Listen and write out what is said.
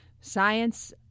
science